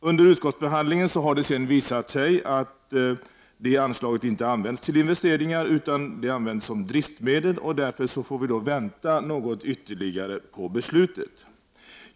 Under utskottsbehandlingen har det visat sig att det anslaget inte använts till investeringar utan som driftsmedel, och därför får vi vänta något ytterligare på beslutet.